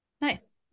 Nice